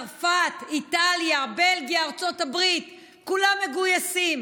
צרפת, איטליה, בלגיה, ארצות הברית, כולם מגויסים,